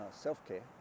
self-care